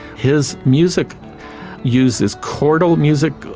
his music uses chordal music,